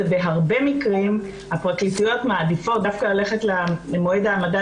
ובהרבה מקרים הפרקליטויות מעדיפות ללכת דווקא למועד העמדה